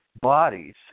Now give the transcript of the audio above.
bodies